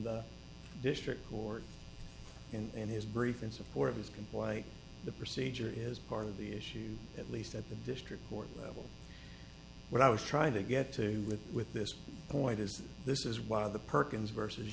the district court and his brief in support of his comply the procedure is part of the issue at least at the district court level what i was trying to get to with with this point is this is why the perkins v